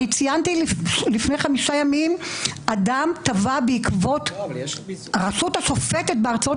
אני ציינתי שלפני חמישה ימים אדם תבע את הרשות השופטת בארצות